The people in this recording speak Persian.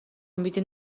امیدی